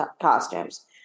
costumes